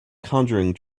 conjuring